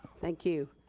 thank you.